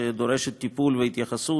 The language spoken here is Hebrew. שדורשת טיפול והתייחסות,